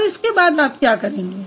और इसके बाद आप क्या करेंगे